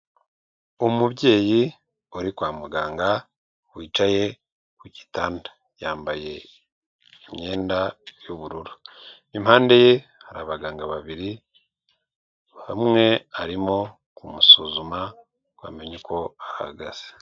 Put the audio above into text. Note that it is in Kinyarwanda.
Umubyeyi uri kwa muganga wicaye ku gitanda yambaye imyenda y'ubururu, impande ye hari abaganga babiri umwe arimo kumusuzuma amenye uko ahagaze.